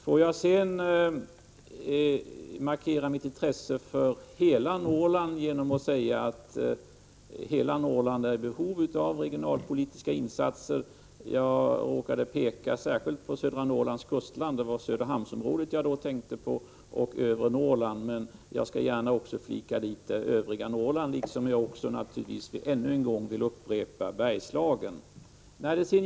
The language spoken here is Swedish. Får jag sedan markera mitt intresse för hela Norrland genom att säga att hela Norrland är i behov av regionalpolitiska insatser. Jag råkade peka särskilt på södra Norrlands kustland — det var Söderhamnsområdet som jag då tänkte på — och övre Norrland. Men jag skall gärna foga till övriga Norrland, liksom naturligtvis — jag vill ännu en gång upprepa det — Bergslagen.